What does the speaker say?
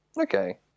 Okay